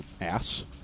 ass